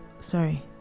sorry